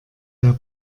der